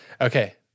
Okay